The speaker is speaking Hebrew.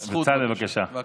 בצלאל, בבקשה.